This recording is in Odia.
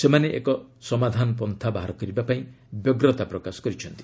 ସେମାନେ ଏକ ସମାଧାନ ବାହାର କରିବା ପାଇଁ ବ୍ୟଗ୍ରତା ପ୍ରକାଶ କରୁଛନ୍ତି